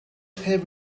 have